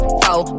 four